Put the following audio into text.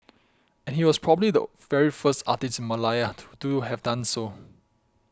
and he was probably the very first artist in Malaya to do have done so